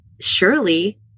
Surely